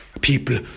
people